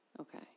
Okay